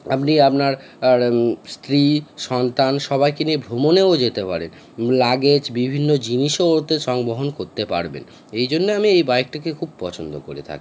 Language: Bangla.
আপনি আপনার স্ত্রী সন্তান সবাইকে নিয়ে ভ্রমণেও যেতে পারেন লাগেজ বিভিন্ন জিনিসও ওতে সংবহন করতে পারবেন এই জন্যে আমি এই বাইকটিকে খুব পছন্দ করে থাকি